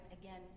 again